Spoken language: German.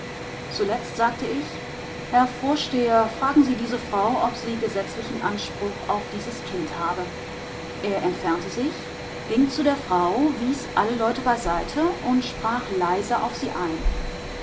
zuletzt sagte ich herr vorsteher fragen sie die frau ob sie gesetzlichen anspruch auf dieses kind habe er entfernte sich ging zu der frau wies alle leute beiseite und sprach leise auf sie ein